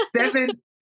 Seven